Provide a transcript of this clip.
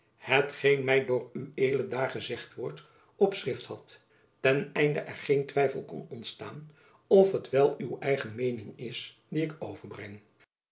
hetgeen my door ued daar gezegd wordt op schrift had ten einde er geen twijfel kon ontstaan of het wel uw eigen meening is die ik overbreng